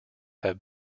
have